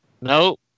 Nope